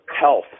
health